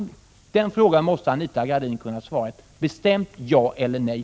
Den frågan måste Anita Modin kunna besvara med ett bestämt ja eller nej.